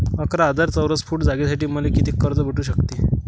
अकरा हजार चौरस फुट जागेसाठी मले कितीक कर्ज भेटू शकते?